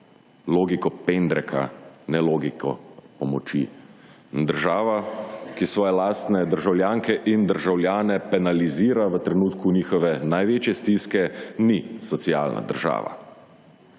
logiko pendreka ne logiko pomoči. In država, ki svoje lastne državljanke in državljane penalizira v trenutku njihove največje stiske, ni socialna država.